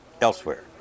elsewhere